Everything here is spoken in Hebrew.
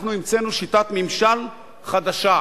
אנחנו המצאנו שיטת ממשל חדשה,